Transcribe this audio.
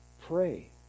pray